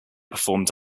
performed